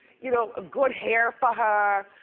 you know, good hair for her,